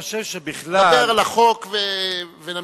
תדבר על החוק ונמשיך.